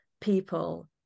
people